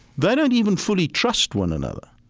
they don't even fully trust one another.